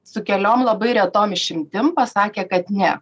su keliom labai retom išimtim pasakė kad ne